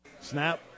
Snap